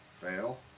Fail